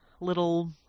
little